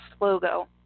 logo